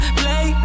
play